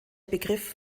begriff